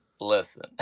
Listen